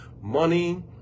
money